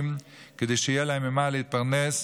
כדי שיהיה להם ממה להתפרנס.